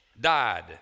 died